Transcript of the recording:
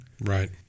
Right